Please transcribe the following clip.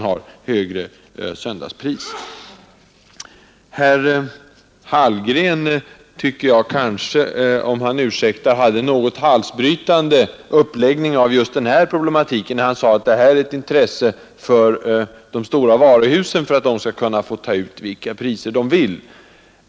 Herr Hallgren gjorde — om han ursäktar — en halsbrytande uppläggning av problematiken när han sade att de stora varuhusen har intresse för ökat öppethållande för att de skall få ta ut vilka priser de vill.